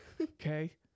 Okay